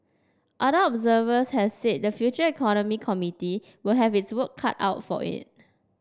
other observers has said the Future Economy Committee will have its work cut out for it